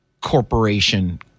corporation